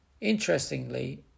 Interestingly